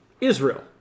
Israel